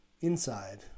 inside